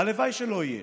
הלוואי שלא יהיה,